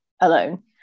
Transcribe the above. alone